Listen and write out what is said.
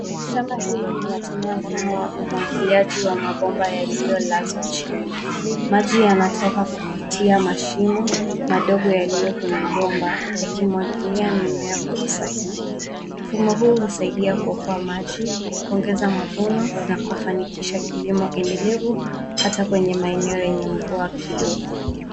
Shamba hili linatumia mfumo wa umwagiliaji wa mabomba yaliyolazwa chini. Maji yanatoka kupitia mashimo madogo yaliyo kwenye bomba yakimwagilia mimea kwa usahihi. Mfumo huu husaidia kuokoa maji, kuongeza mavuno na kufanikisha kilimo endelevu hata kwenye maeneo yenye mvua kidogo.